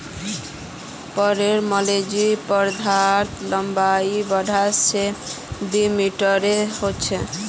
crepe चमेलीर पौधार लम्बाई डेढ़ स दी मीटरेर ह छेक